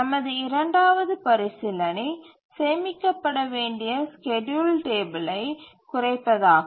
நமது இரண்டாவது பரிசீலனை சேமிக்கப்பட வேண்டிய ஸ்கேட்யூல் டேபிளை குறைப்பதாகும்